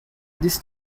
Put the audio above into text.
this